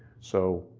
so,